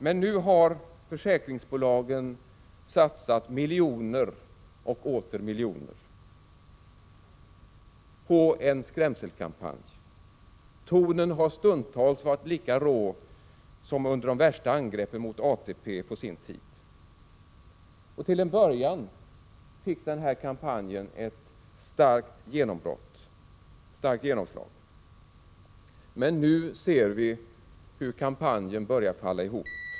Men nu har försäkringsbolagen satsat miljoner och åter miljoner på en skrämselkampanj. Tonen har stundtals varit lika rå som under de värsta angreppen mot ATP på sin tid. Till en början fick kampanjen ett starkt genomslag, men nu ser vi hur den börjar falla ihop.